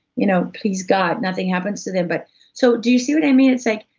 you know please god nothing happens to them. but so do you see what i mean? it's like,